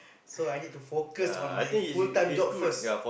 so I need to focus on my full time job first